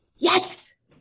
Yes